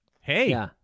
Hey